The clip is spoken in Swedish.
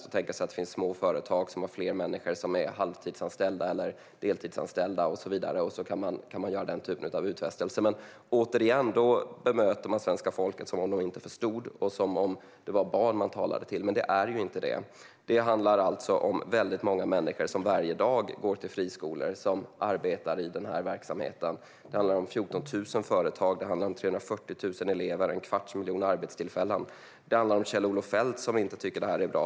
Man kan tänka sig att det finns små företag som har fler människor som är halvtidsanställda eller deltidsanställda och göra den typen av utfästelser. Då bemöter man dock - återigen - svenska folket som om de inte förstod och som om det var barn man talade till. Men det är ju inte det. Det handlar alltså om väldigt många människor som varje dag går till friskolor och som arbetar i denna verksamhet. Det handlar om 14 000 företag, 340 000 elever och en kvarts miljon arbetstillfällen. Det handlar om Kjell-Olof Feldt, som inte tycker att detta är bra.